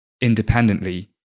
independently